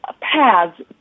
paths